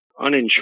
uninsured